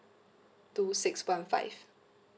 two six one five